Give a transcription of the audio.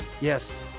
Yes